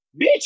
Bitch